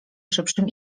szybszym